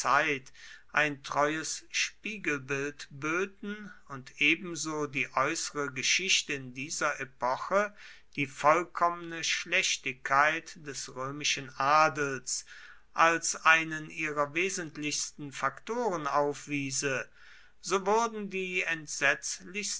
ein treues spiegelbild böten und ebenso die äußere geschichte in dieser epoche die vollkommene schlechtigkeit des römischen adels als einen ihrer wesentlichsten faktoren aufwiese so würden die entsetzlichsten